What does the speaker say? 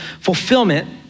fulfillment